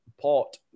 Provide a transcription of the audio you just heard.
port